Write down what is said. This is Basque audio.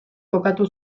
kokatu